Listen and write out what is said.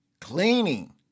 cleaning